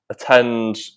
attend